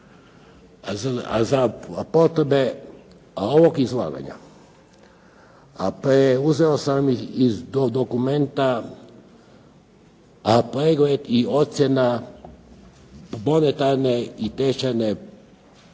Za potrebe ovog izlaganja preuzeo sam ih iz dokumenta „Pregled i ocjena monetarne i tečajne